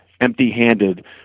empty-handed